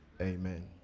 Amen